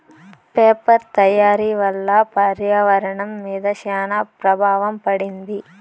paper తయారీ వల్ల పర్యావరణం మీద శ్యాన ప్రభావం పడింది